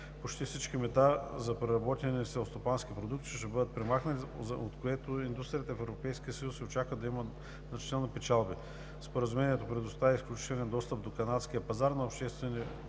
Почти всички мита за преработени селскостопански продукти ще бъдат премахнати, от което индустрията в Европейския съюз се очаква да има значителни печалби. Споразумението предоставя изключителен достъп до канадския пазар на обществени